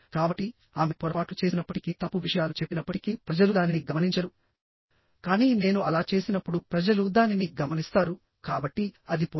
కాబట్టి ఆమె పొరపాట్లు చేసినప్పటికీ తప్పు విషయాలు చెప్పినప్పటికీ ప్రజలు దానిని గమనించరు కానీ నేను అలా చేసినప్పుడు ప్రజలు దానిని గమనిస్తారు కాబట్టి అది పోలిక